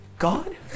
God